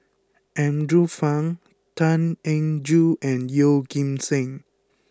Andrew Phang Tan Eng Joo and Yeoh Ghim Seng